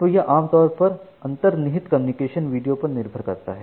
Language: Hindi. तो यह आमतौर पर अंतर्निहित कम्युनिकेशन वीडियो पर निर्भर करता है